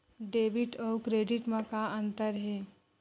Debit अउ credit म का अंतर हे?